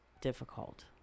difficult